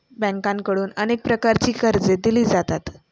बँकांकडून अनेक प्रकारची कर्जे दिली जातात